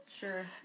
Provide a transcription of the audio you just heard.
Sure